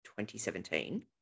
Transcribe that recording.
2017